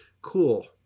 cool